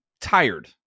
tired